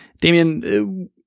Damien